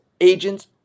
agents